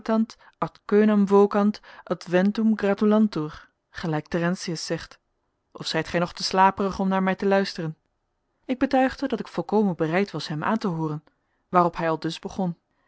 vocant adventum gratulantur gelijk terentius zegt of zijt gij nog te slaperig om naar mij te luisteren ik betuigde dat ik volkomen bereid was hem aan te hooren waarop hij aldus begon